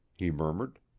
he murmured.